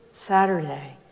Saturday